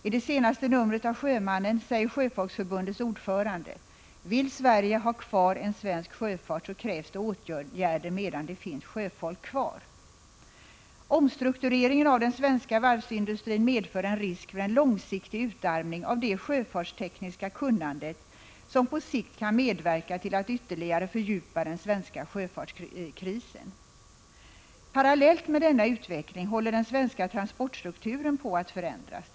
I det senaste numret av Sjömannen säger Sjöfolksförbundets ordförande: ”Vill Sverige ha kvar en svensk sjöfart så krävs det åtgärder medan det finns sjöfolk kvar.” Omstruktureringen av den svenska varvsindustrin medför en risk för en långsiktig utarmning av det sjöfartstekniska kunnandet, som på sikt kan medverka till att ytterligare fördjupa den svenska sjöfartskrisen. Parallellt med denna utveckling håller den svenska transportstrukturen på att förändras.